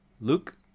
Luke